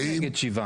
עכשיו,